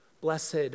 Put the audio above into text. Blessed